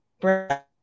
breath